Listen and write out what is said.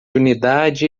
unidade